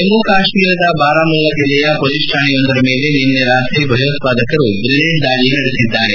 ಜಮ್ನು ಕಾಶ್ವೀರದ ಬಾರಾಮುಲ್ಲಾ ಜಿಲ್ಲೆಯ ಪೊಲೀಸ್ ಠಾಣೆಯೊಂದರ ಮೇಲೆ ನಿನ್ನೆ ರಾತ್ರಿ ಭಯೋತ್ವಾದಕರು ಗ್ರೆನೇಡ್ ದಾಳಿ ನಡೆಸಿದ್ದಾರೆ